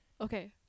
Okay